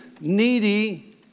needy